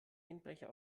einbrecher